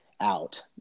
out